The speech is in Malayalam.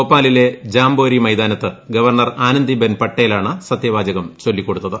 ഭോപ്പാലിലെ ജാംബോരി മൈതാനത്ത് ഗവർണർ ആനന്ദിബെൻ പട്ടേലാണ് സത്യവാചകം ചൊല്ലിക്കൊടുത്തത്